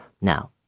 Now